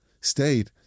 stayed